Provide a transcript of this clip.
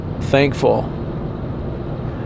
thankful